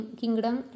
kingdom